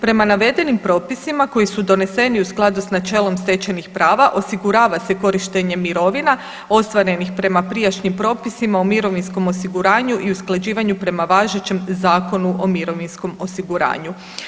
Prema navedenim propisima koji su doneseni u skladu s načelom stečenih prava osigurava se korištenje mirovina ostvarenih prema prijašnjim propisima u mirovinskom osiguranju i usklađivanju prema važećem Zakonu o mirovinskom osiguranju.